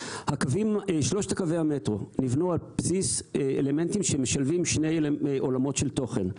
שלושת קווי המטרו נבנו על בסיס אלמנטים שמשלבים שני עולמות של תוכן.